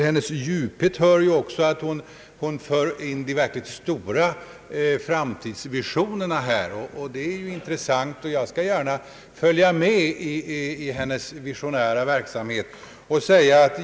Hon för också in de verkligt stora framtidsvisionerna i debatten. Det är intressant, och jag skall gärra följa med i hennes visionära verksamhet.